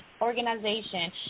organization